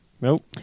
Nope